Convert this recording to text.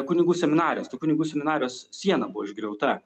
kunigų seminarijos tų kunigų seminarijos siena buvo išgriauta